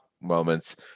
moments